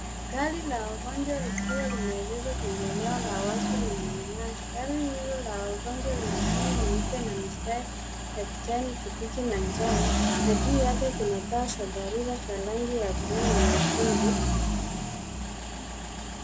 Gari la wagonjwa likiwa limeegeshwa kwenye eneo la wazi lenye nyasi. Gari hilo la wagonjwa lina rangi nyeupe na mistari ya kijani kibichi na njano na juu yake kuna taa za tharura za rangi ya buluu na nyekundu.